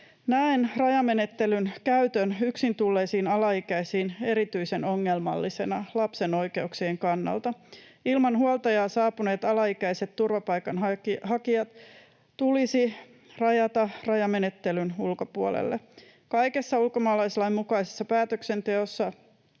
Näen rajamenettelyn käytön yksin tulleisiin alaikäisiin erityisen ongelmallisena lapsen oikeuksien kannalta. Ilman huoltajaa saapuneet alaikäiset turvapaikanhakijat tulisi rajata rajamenettelyn ulkopuolelle. Kaikessa ulkomaalaislain mukaisessa päätöksenteossa